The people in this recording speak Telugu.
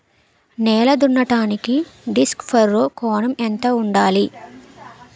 నేల దున్నడానికి డిస్క్ ఫర్రో కోణం ఎంత ఉండాలి?